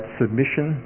submission